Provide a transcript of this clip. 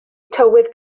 tywydd